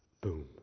Boom